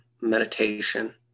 meditation